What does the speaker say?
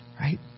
right